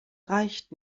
reicht